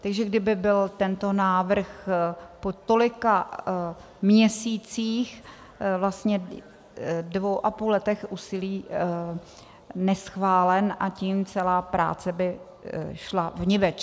Takže kdyby byl tento návrh po tolika měsících, vlastně dvou a půl letech úsilí, neschválen, a tím celá práce by šla vniveč.